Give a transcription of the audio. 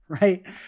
Right